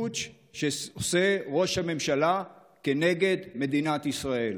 פוטש שעושה ראש הממשלה כנגד מדינת ישראל.